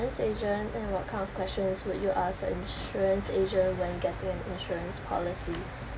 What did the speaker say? agent and what kind of questions would you ask the insurance agent when getting an insurance policy